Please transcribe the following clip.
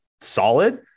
solid